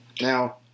Now